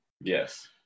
Yes